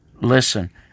Listen